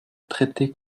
traitée